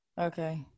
okay